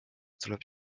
tuleb